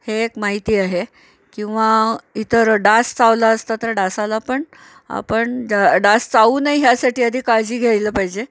हे एक माहिती आहे किंवा इतर डास चावला असता तर डासाला पण आपण ड डास चावू नये ह्यासाठी आधी काळजी घ्यायला पाहिजे